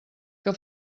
que